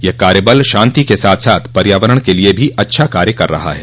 यह कार्य बल शांति के साथ साथ पर्यावरण के लिये भी अच्छा काम कर रहा है